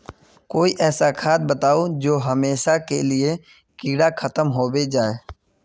कोई ऐसा खाद बताउ जो हमेशा के लिए कीड़ा खतम होबे जाए?